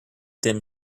dim